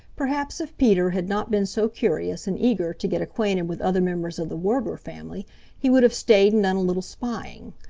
perhaps if peter had not been so curious and eager to get acquainted with other members of the warbler family he would have stayed and done a little spying.